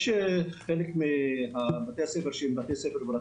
יש בתי ספר שהם פרטיים,